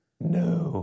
No